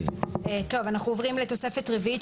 נעבור לתוספת רביעית.